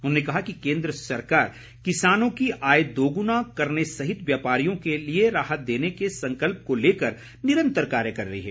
उन्होंने कहा कि केंद्र सरकार किसानों की आय दोगुना करने सहित व्यापारियों के लिए राहत देने के संकल्प को लेकर निरंतर कार्य कर रही है